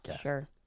Sure